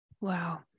Wow